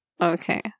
Okay